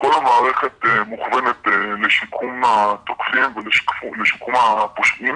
כל המערכת מכוונת לשיקום התוקפים ולשיקום הפושעים,